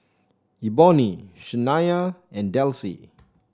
Eboni Shania and Delcie